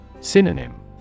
Synonym